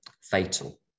fatal